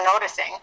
noticing